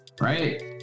Right